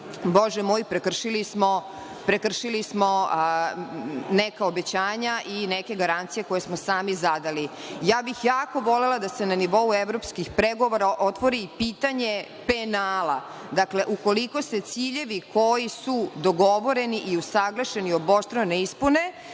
Bože moj, prekršili smo neka obećanja i neke garancije koje smo sami zadali. Ja bih jako volela da se na nivou evropskih pregovora otvori pitanje penala. Dakle, ukoliko se ciljevi koji su dogovoreni i usaglašeni, obostrano ispune,